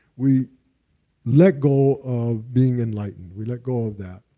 we let go of being enlightened. we let go of that.